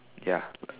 ya